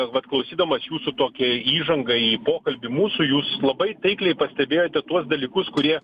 vat klausydamas jūsų tokią įžangą į pokalbį mūsų jūs labai taikliai pastebėjote tuos dalykus kurie